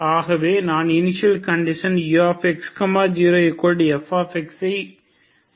ஆகவே நாம் initial conditions ux0fஐ அப்ளை பண்ண முடியும்